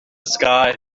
sky